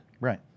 Right